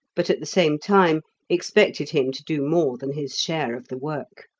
but at the same time expected him to do more than his share of the work.